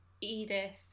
edith